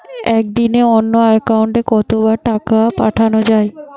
একদিনে অন্য একাউন্টে কত বার টাকা পাঠানো য়ায়?